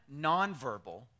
nonverbal